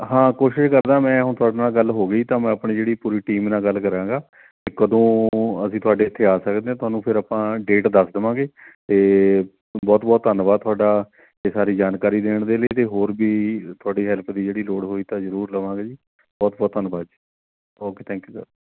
ਹਾਂ ਕੋਸ਼ਿਸ਼ ਕਰਦਾ ਮੈਂ ਹੁਣ ਤੁਹਾਡੇ ਨਾਲ ਗੱਲ ਹੋ ਗਈ ਤਾਂ ਮੈਂ ਆਪਣੀ ਜਿਹੜੀ ਪੂਰੀ ਟੀਮ ਨਾਲ ਗੱਲ ਕਰਾਂਗਾ ਕਦੋਂ ਅਸੀਂ ਤੁਹਾਡੇ ਇੱਥੇ ਆ ਸਕਦੇ ਹਾਂ ਤੁਹਾਨੂੰ ਫਿਰ ਆਪਾਂ ਡੇਟ ਦੱਸ ਦੇਵਾਂਗੇ ਅਤੇ ਬਹੁਤ ਬਹੁਤ ਧੰਨਵਾਦ ਤੁਹਾਡਾ ਇਹ ਸਾਰੀ ਜਾਣਕਾਰੀ ਦੇਣ ਦੇ ਲਈ ਅਤੇ ਹੋਰ ਵੀ ਤੁਹਾਡੀ ਹੈਲਪ ਦੀ ਜਿਹੜੀ ਲੋੜ ਹੋਈ ਤਾਂ ਜ਼ਰੂਰ ਲਵਾਂਗੇ ਜੀ ਬਹੁਤ ਬਹੁਤ ਧੰਨਵਾਦ ਜੀ ਓਕੇ ਥੈਂਕ ਯੂ ਸਰ